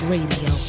Radio